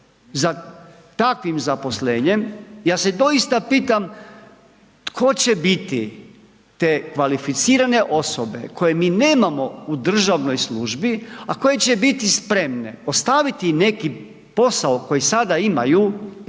za takvim zaposlenjem. Ja se doista pitam tko će biti te kvalificirane osobe koje mi nemamo u državnoj službi a koje će biti spremne ostaviti neki posao koji sada imaju na